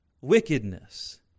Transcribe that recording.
wickedness